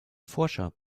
forscher